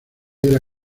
era